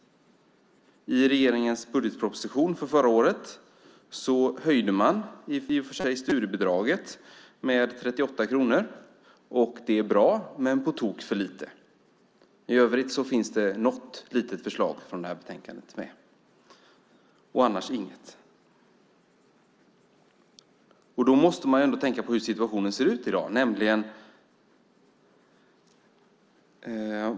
I regeringens budgetproposition för förra året höjdes studiebidraget med 38 kronor. Det är bra men på tok för lite. I övrigt finns något litet förslag från Studiesociala kommitténs betänkande med - i övrigt inget. Man måste betänka hur situationen i dag är.